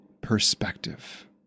perspective